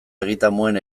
egitamuen